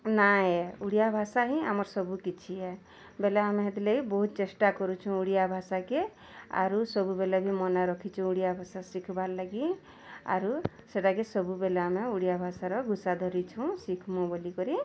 ନାଏ ଓଡ଼ିଆ ଭାଷା ହିଁ ଆମର ସବୁ କିଛି ହେ ବୋଲେ ଆମେ ସେଥିଲାଗି ବହୁତ ଚେଷ୍ଟା କରଛୁଁ ଓଡ଼ିଆ ଭାଷାକେ ଆରୁ ସବୁ ବେଲେ ମନେ ରଖିଛୁ ଓଡ଼ିଆ ଭାଷା ଶିଖିବାର୍ ଲାଗି ଆରୁ ସୋଟା କେ ସବୁବେଲେ ଆମେ ଓଡ଼ିଆ ଭାଷାର ଘୋସା ଧରିଛୁଁ ଶିଖିମୁଁ ବୋଲି କରି